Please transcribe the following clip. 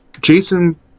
Jason